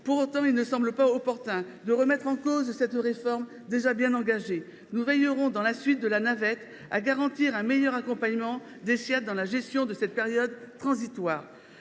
Pour autant, il ne semble pas opportun de remettre en cause cette réforme, déjà bien engagée. Nous veillerons, dans la suite de la navette, à garantir un meilleur accompagnement des Ssiad dans la gestion de cette période transitoire.